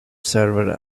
server